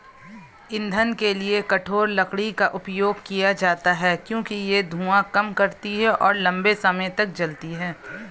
ईंधन के लिए कठोर लकड़ी का उपयोग किया जाता है क्योंकि यह धुआं कम करती है और लंबे समय तक जलती है